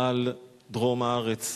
על דרום הארץ.